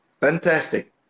Fantastic